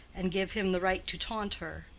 and give him the right to taunt her.